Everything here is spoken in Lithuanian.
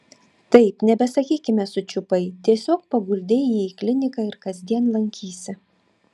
taip nebesakykime sučiupai tiesiog paguldei jį į kliniką ir kasdien lankysi